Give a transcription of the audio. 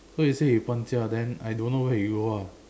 so you said you 搬家 then I don't know where you are